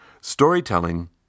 Storytelling